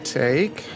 take